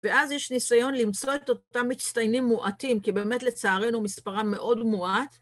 ואז יש ניסיון למצוא את אותם מצטיינים מועטים, כי באמת לצערנו מספרם מאוד מועט.